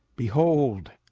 behold,